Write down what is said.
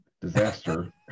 Disaster